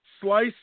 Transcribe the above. Slice